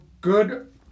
good